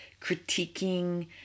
critiquing